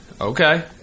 Okay